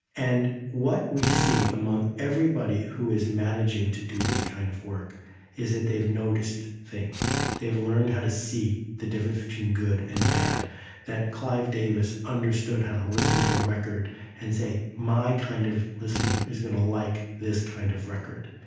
and what we see among everybody who is managing to do this kind of work is that they've noticed things. they have learned how to see the difference between good and bad clive davis understood how to listen to a record and say, my kind of listener is going to like this kind of record.